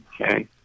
okay